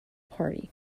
party